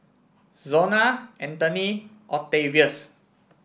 Zona Antony Octavius